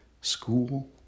school